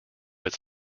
its